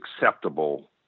acceptable